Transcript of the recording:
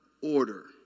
order